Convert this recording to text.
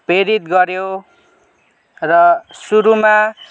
प्रेरित गऱ्यो र सुरुमा